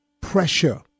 Pressure